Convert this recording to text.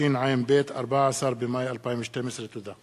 התשע"ב, 14 במאי 2012. תודה.